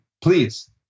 please